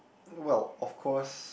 well of course